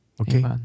Okay